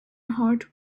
heart